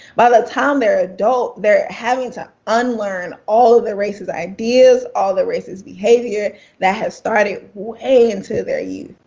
by the time they are adult, they are having to unlearn all of the racist ideas, all the racist behavior that has started way into their youth.